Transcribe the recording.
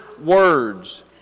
words